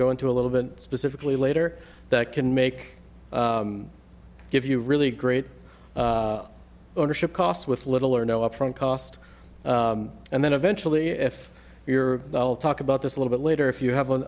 go into a little bit specifically later that can make give you really great ownership costs with little or no upfront cost and then eventually if you're talk about this a little bit later if you have a